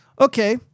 Okay